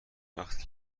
وقتی